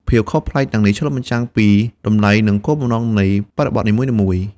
ភាពខុសប្លែកទាំងនេះឆ្លុះបញ្ចាំងពីតម្លៃនិងគោលបំណងនៃបរិបទនីមួយៗ។